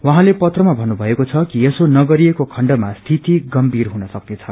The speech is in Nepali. उहाँले पत्रमा भन्नुभएको छ यसो नगरिएको खण्डमा स्थिति गम्भीर हुन सक्नेछ